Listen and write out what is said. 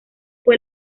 fue